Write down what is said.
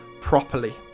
properly